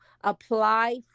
apply